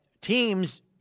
teams